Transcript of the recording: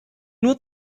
nur